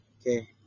Okay